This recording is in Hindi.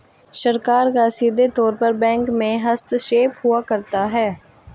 सरकार का सीधे तौर पर बैंकों में हस्तक्षेप हुआ करता है